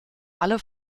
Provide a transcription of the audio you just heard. alle